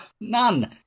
None